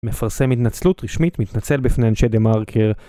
מפרסם התנצלות רשמית, מתנצל בפני אנשי דה מרקר